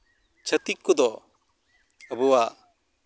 ᱪᱷᱟᱹᱛᱤᱠ ᱠᱚᱫᱚ ᱟᱵᱚᱣᱟᱜ